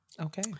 Okay